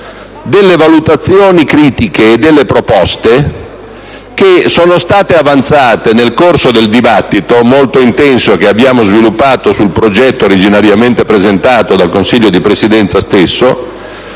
delle valutazioni critiche e delle proposte avanzate nel corso del dibattito, molto intenso, che abbiamo sviluppato sul progetto originariamente presentato dal Consiglio di Presidenza stesso.